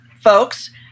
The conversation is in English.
folks